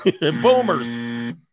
boomers